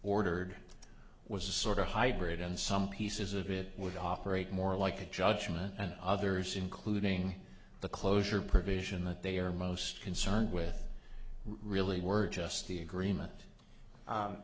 ordered was a sort of hybrid and some pieces of it would operate more like a judgment and others including the closure provision that they are most concerned with really were just the agreement